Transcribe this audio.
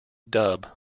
dub